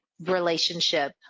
relationship